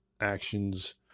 actions